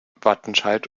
wattenscheid